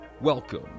Welcome